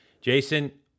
Jason